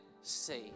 see